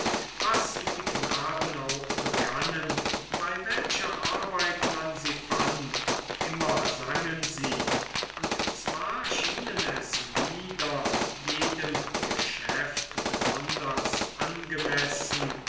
was die knaben auch begannen bei welcher arbeit man sie auch fand immer sangen sie und zwar schienen es lieder jedem geschäft besonders angemessen